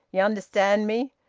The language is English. ye understand me!